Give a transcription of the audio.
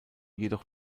jedoch